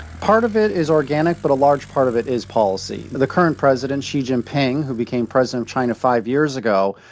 part of it is organic, but a large part of it is policy. the current president, xi jinping, who became president of china five years ago,